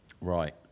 Right